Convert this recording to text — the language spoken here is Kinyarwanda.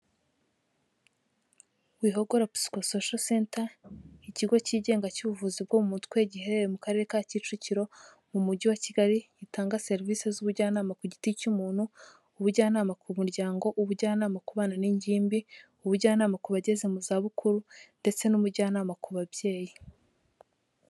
Wihogora Psychosocial Centre ikigo cyigenga cy'ubuvuzi bwo mu mutwe giherereye mu karere ka kicukiro mu mujyi wa Kigali gitanga serivisi z'ubujyanama ku giti cy'umuntu, ubujyanama ku muryango, ubujyanama ku bana n'ingimbi, ubujyanama ku bageze mu za bukuru ndetse n'ubujyanama ku babyeyi